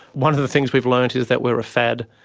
one of the things we've learnt is that we are a fad,